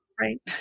right